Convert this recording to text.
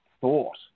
thought